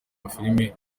amafilimi